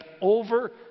over